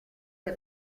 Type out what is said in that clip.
che